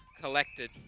collected